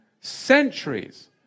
Centuries